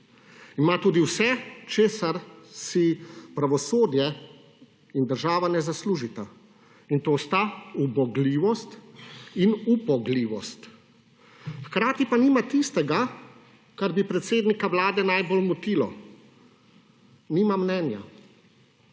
Ima tudi vse, česar si pravosodje in država ne zaslužita. In to sta ubogljivost in upogljivost. Hkrati pa nima tistega, kar bi predsednika Vlade najbolj motilo. Nima mnenja.